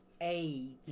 AIDS